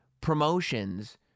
promotions